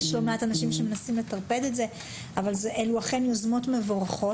יש לא מעט אנשים שמנסים לטרפד את זה אבל אלו אכן יוזמות מבורכות.